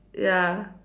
ya